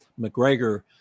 mcgregor